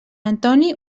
antoni